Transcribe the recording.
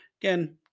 Again